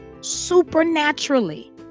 Supernaturally